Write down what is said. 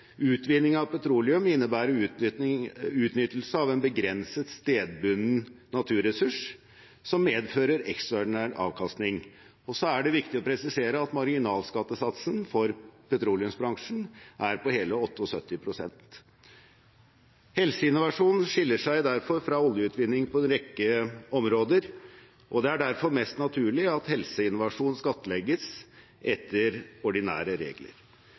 Utvinning av petroleum innebærer utnyttelse av en begrenset, stedbunden naturressurs som medfører ekstraordinær avkastning, og så er det viktig å presisere at marginalskattesatsen i petroleumsbransjen er på hele 78 pst. Helseinnovasjon skiller seg derfor fra oljeutvinning på en rekke områder, og det er derfor mest naturlig at helseinnovasjon skattlegges etter ordinære regler.